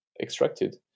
extracted